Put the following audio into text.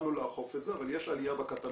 התחלנו לאכוף את זה, אבל יש עלייה בקטמין